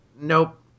nope